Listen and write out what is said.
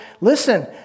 Listen